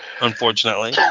unfortunately